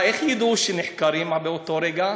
מה, איך ידעו שנחקרים באותו רגע?